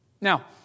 Now